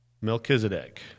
Melchizedek